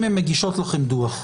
אם הן מגישות לכם דוח.